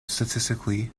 statistically